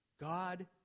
God